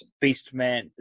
Beast-Man